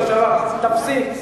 תפסיק.